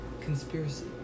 Conspiracy